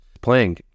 playing